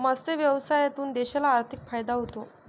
मत्स्य व्यवसायातून देशाला आर्थिक फायदा होतो